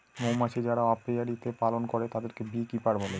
মৌমাছি যারা অপিয়ারীতে পালন করে তাদেরকে বী কিপার বলে